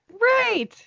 right